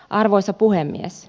arvoisa puhemies